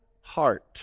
heart